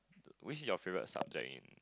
which is your favourite subject in